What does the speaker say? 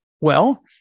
Well-